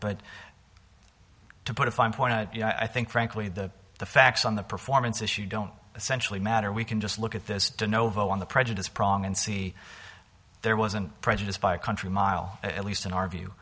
but to put a fine point on it i think frankly the the facts on the performance issue don't essentially matter we can just look at this don't know vote on the prejudice prong and see there wasn't prejudice by a country mile at least in our view